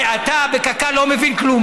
אתה בקק"ל לא מבין כלום,